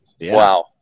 wow